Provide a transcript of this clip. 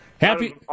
happy